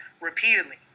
repeatedly